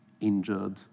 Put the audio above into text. injured